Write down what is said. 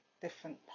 different